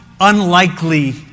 unlikely